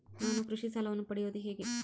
ನಾನು ಕೃಷಿ ಸಾಲವನ್ನು ಪಡೆಯೋದು ಹೇಗೆ?